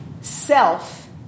self